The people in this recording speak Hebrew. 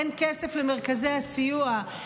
אין כסף למרכזי הסיוע,